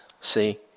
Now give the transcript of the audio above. see